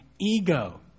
ego